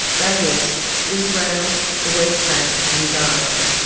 that is israel, the west bank and gaza.